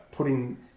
putting